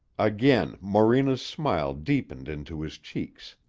again morena's smile deepened into his cheeks.